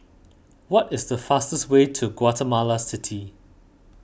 what is the fastest way to Guatemala City